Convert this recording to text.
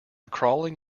crawling